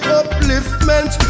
upliftment